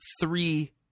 three